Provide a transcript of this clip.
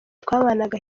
twabanaga